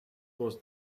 was